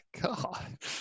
god